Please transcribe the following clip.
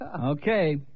Okay